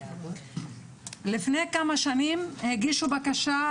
לפני כמה שנים הגישו בקשה,